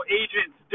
agents